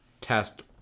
test